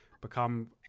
become